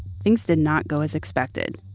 things did not go as expected